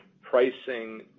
pricing